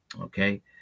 Okay